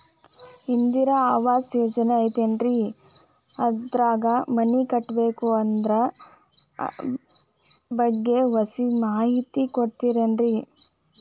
ಇಂದಿರಾ ಆವಾಸ ಯೋಜನೆ ಐತೇಲ್ರಿ ಅದ್ರಾಗ ಮನಿ ಕಟ್ಬೇಕು ಅದರ ಬಗ್ಗೆ ಒಸಿ ಮಾಹಿತಿ ಕೊಡ್ತೇರೆನ್ರಿ?